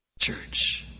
church